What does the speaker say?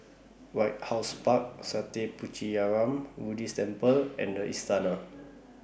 White House Park Sattha Puchaniyaram Buddhist Temple and The Istana